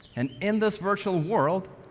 and in this virtual world,